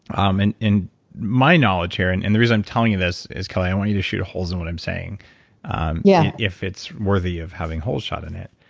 um and in my knowledge here, and and the reason i'm telling you this is, kelly i want you to shoot holes in what i'm saying yeah if it's worthy of having holes shot in it,